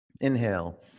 inhale